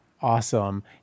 awesome